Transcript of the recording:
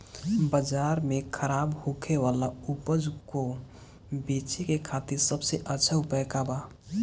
बाजार में खराब होखे वाला उपज को बेचे के खातिर सबसे अच्छा उपाय का बा?